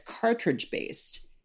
cartridge-based